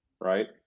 Right